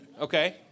Okay